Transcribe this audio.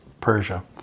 Persia